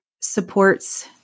supports